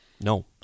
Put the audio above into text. No